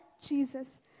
Jesus